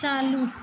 चालू